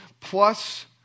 plus